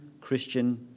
Christian